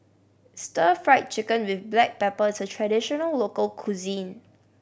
Stir Fried Chicken with black pepper is a traditional local cuisine